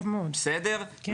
טוב מאוד, כן.